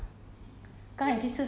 mm